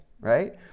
right